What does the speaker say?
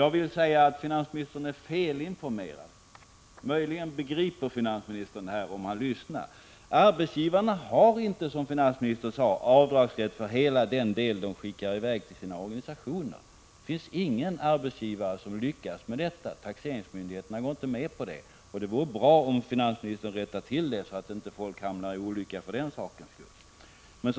Jag vill påstå att finansministern är felinformerad. Möjligen begriper finansministern detta, om han lyssnar. Arbetsgivarna har inte, som finansministern sade, avdragsrätt för hela det belopp de betalar in till sina organisationer. Det finns ingen arbetsgivare som lyckas med det: taxeringsmyndigheterna går inte med på det. Det vore bra om finansministern rättade till detta påstående, så att inte folk hamnar i olycka på grund av det uttalandet.